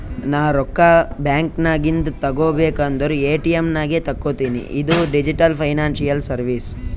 ನಾ ರೊಕ್ಕಾ ಬ್ಯಾಂಕ್ ನಾಗಿಂದ್ ತಗೋಬೇಕ ಅಂದುರ್ ಎ.ಟಿ.ಎಮ್ ನಾಗೆ ತಕ್ಕೋತಿನಿ ಇದು ಡಿಜಿಟಲ್ ಫೈನಾನ್ಸಿಯಲ್ ಸರ್ವೀಸ್